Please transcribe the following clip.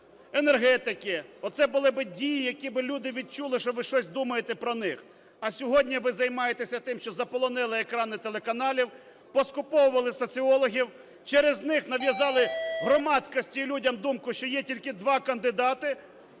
енергетики. Оце були би дії, які би люди відчули, що ви щось думаєте про них. А сьогодні ви займаєтеся тим, що заполонили екрани телеканалів, поскуповували соціологів, через них нав'язали громадськості і людям думку, що є тільки два кандидати,